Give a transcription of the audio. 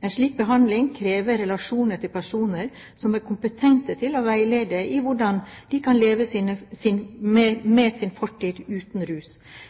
En slik behandling krever relasjoner til personer som er kompetente til å veilede i hvordan de kan leve med sin fortid uten rus.